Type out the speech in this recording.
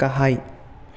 गाहाय